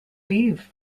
leave